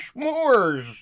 s'mores